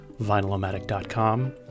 vinylomatic.com